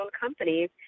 companies